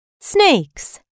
snakes